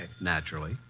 Naturally